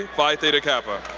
and phi theta kappa.